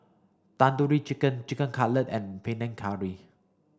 Tandoori Chicken Chicken Cutlet and Panang Curry